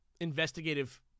investigative